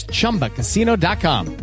ChumbaCasino.com